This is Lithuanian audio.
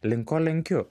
link ko lenkiu